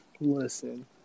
Listen